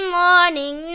morning